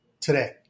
today